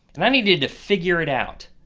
and i needed to figure it out.